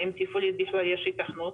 האם תפעולית בכלל יש התיכנות,